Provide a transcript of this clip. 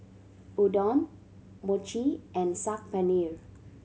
Udon Mochi and Saag Paneer